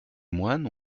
moines